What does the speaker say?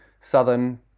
southern